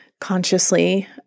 consciously